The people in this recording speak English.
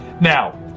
Now